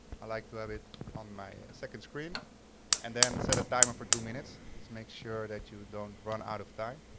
i like to have it on my second screen and then set a timer for two minutes. this makes sure that you don't run out of time.